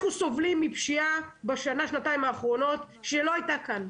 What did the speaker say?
אנחנו סובלים מפשיעה בשנה-שנתיים האחרונות שלא הייתה כאן.